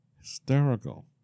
Hysterical